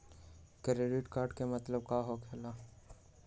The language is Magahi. क्रेडिट कार्ड के मतलब का होकेला?